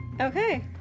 Okay